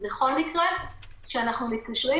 רק למקומות שבהם לכאורה יש אינדיקציה להפרה,